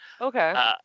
Okay